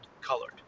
colored